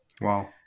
Wow